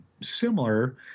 similar